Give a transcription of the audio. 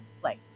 place